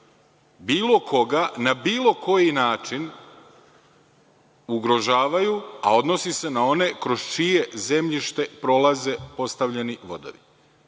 bilo koga, na bilo koji način ugrožavaju, a odnosi se na one kroz čije zemljište prolaze postavljeni vodovi.